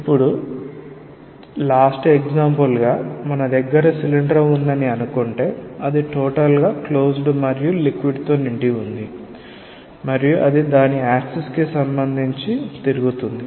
ఇప్పుడు చివరి ఉదాహరణగా మన దగ్గర సిలిండర్ ఉందని అనుకుంటే అది టోటల్లీ క్లోజ్డ్ మరియు లిక్విడ్ తో నిండి ఉంది మరియు దాని యాక్సిస్ కి సంబంధించి తిరుగుతుంది